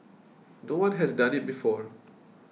no one has done it before